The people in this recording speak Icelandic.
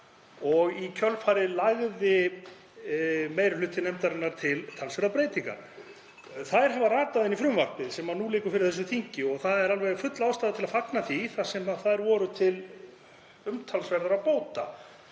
Í kjölfarið lagði meiri hluti nefndarinnar til talsverðar breytingar. Þær hafa ratað inn í frumvarpið sem nú liggur fyrir þessu þingi og er alveg full ástæða til að fagna því þar sem þær voru til umtalsverðra bóta.